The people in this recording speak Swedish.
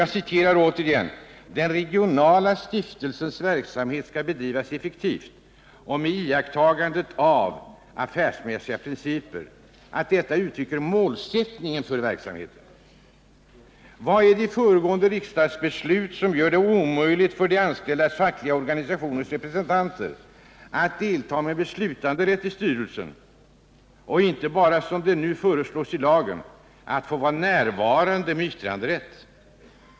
Jag citerar på nytt: ”Den regionala stiftelsens verksamhet skall bedrivas effektivt och med iakttagande av affärsmässiga principer.” Vad är det i föregående års riksdagsbeslut som gör det omöjligt för representanterna i de anställdas fackliga organisationer att delta med beslutanderätt i styrelsen? Nu föreslås i lagen att de endast skall få vara närvarande med yttranderätt.